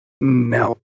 No